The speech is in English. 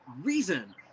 reason